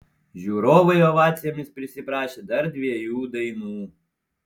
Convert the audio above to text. žiūrovai ovacijomis prisiprašė dar dviejų dainų